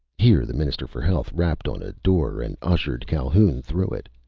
here the minister for health rapped on a door and ushered calhoun through it.